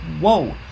whoa